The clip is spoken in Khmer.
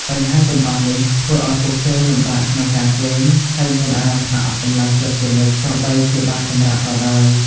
បញ្ហាទាំងអស់នេះ ធ្វើអោយពួកគេលំបាកក្នុងការគេង ហើយមានអារម្មណ៍ថាអស់កម្លាំងជាប់ជានិច្ច ទោះបីជាបានសម្រាកក៏ដោយ។